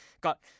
got